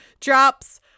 drops